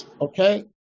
Okay